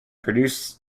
produced